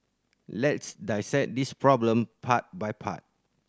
let's dissect this problem part by part